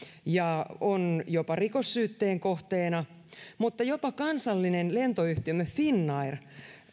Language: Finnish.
ja on jopa rikossyytteen kohteena mutta jopa kansallinen lentoyhtiömme finnair